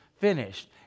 finished